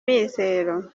mizero